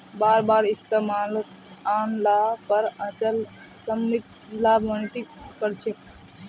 बार बार इस्तमालत आन ल पर अचल सम्पत्ति लाभान्वित त कर छेक